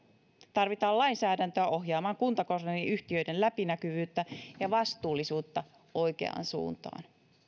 tarvitaan lainsäädäntöä ohjaamaan kuntakonserniyhtiöiden läpinäkyvyyttä ja vastuullisuutta oikeaan suuntaan